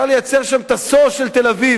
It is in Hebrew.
אפשר לייצר שם את ה"סוהו" של תל-אביב,